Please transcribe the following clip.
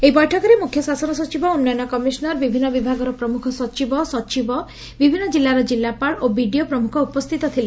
ଏହି ବୈଠକରେ ମୁଖ୍ୟ ଶାସନ ସଚିବ ଉନ୍ନୟନ କମିଶନର୍ ବିଭିନ୍ନ ବିଭାଗର ପ୍ରମୁଖ ସଚିବ ସଚିବ ବିଭିନ୍ନ ଜିଲ୍ଲାର ଜିଲ୍ଲାପାଳ ଓ ବିଡିଓ ପ୍ରମୁଖ ଉପସ୍ଥିତ ଥିଲେ